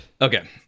Okay